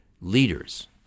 leaders